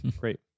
Great